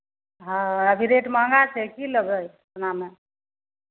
हँ अभी रेट महँगा छै की लेबै सोनामे